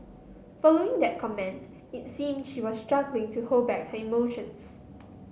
following that comment it seemed she was struggling to hold back her emotions